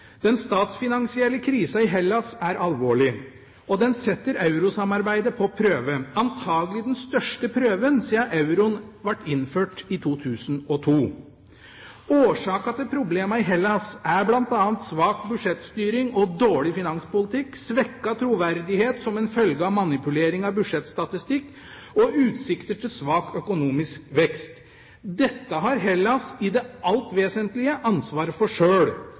Den statsfinansielle krisa i Hellas er alvorlig, og det setter eurosamarbeidet på prøve – antagelig den største prøven siden euroen ble innført i 2002. Årsakene til problemene i Hellas er bl.a. svak budsjettstyring og dårlig finanspolitikk, svekket troverdighet som en følge av manipulering av budsjettstatistikk og utsikter til svak økonomisk vekst. Dette har Hellas i det alt vesentlige ansvaret for sjøl,